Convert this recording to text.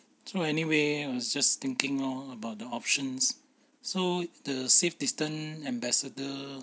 so anyway I was just thinking lor about the options so the safe distance ambassador